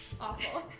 awful